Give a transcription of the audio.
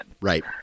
Right